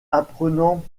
apprenant